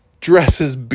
dresses